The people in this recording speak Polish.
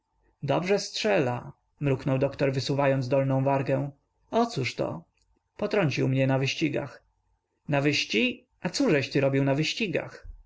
dobrze strzela mruknął doktor wysuwając dolną wargę o cóż to potrącił mnie na wyścigach na wyści a cóżeś ty robił na wyścigach